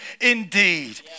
indeed